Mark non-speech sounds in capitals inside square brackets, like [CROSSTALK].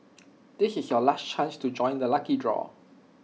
[NOISE] this is your last chance to join the lucky draw